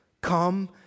Come